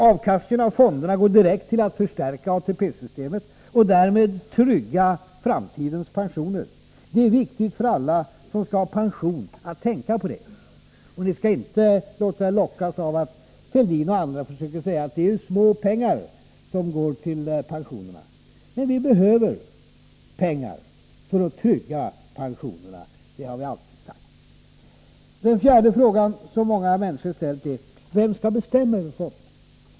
Avkastningen av fonderna går direkt till att förstärka ATP-systemet och därmed trygga framtidens pensioner. Detta är viktigt att tänka på för alla som skall ha pension. De bör inte låta sig luras av att Fälldin och andra försöker säga att det är små belopp som går till pensionerna. Vi behöver pengar för att trygga pensionerna — det har vi alltid sagt. Den fjärde fråga som många människor ställt är: Vem skall bestämma över fonderna?